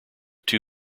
two